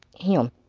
him.